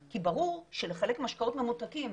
כי ברור שלחלק משקאות ממותקים,